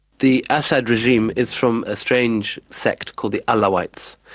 the assad regime is from a strange sect called the alawites.